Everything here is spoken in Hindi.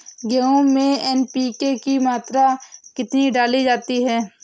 गेहूँ में एन.पी.के की मात्रा कितनी डाली जाती है?